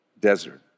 desert